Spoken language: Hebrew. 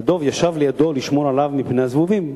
הדוב ישב לידו לשמור עליו מפני הזבובים,